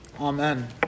Amen